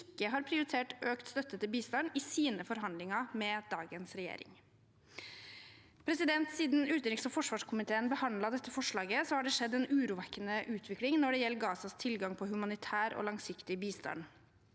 ikke har prioritert økt støtte til bistand i sine forhandlinger med dagens regjering. Siden utenriks- og forsvarskomiteen behandlet dette forslaget, har det skjedd en urovekkende utvikling når det gjelder Gazas tilgang på humanitær og langsiktig bistand.